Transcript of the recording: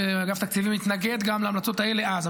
אגף תקציבים התנגד גם להמלצות האלה אז,